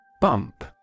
Bump